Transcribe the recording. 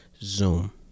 zoom